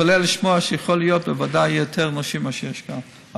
תתפלא לשמוע שיכול להיות שבוועדה יהיו יותר אנשים מאשר יש כאן.